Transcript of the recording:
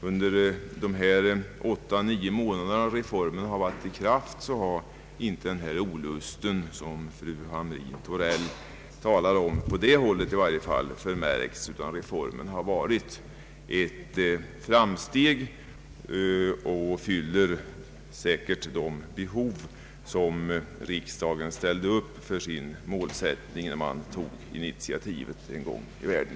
Under de åtta—nio månader som reformen har varit i kraft har inte den olust som fru Hamrin-Thorell talar om märkts, i varje fall inte på det hållet. Reformen har varit ett framsteg och fyller säkert de krav som riksdagen uppställde när initiativet togs en gång i tiden.